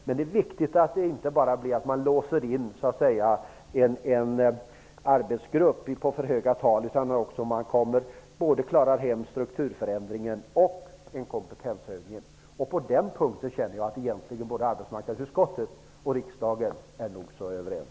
Men det är viktigt att man inte ''låser in'' en arbetsgrupp på för höga tal utan klarar strukturförändringen och en kompetenshöjning. På den punkten känner jag att arbetsmarknadsutskottet och riksdagen är nog så överens.